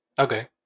Okay